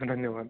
धन्यवाद